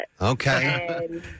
Okay